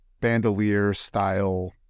bandolier-style